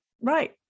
right